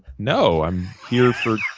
no, i'm here for,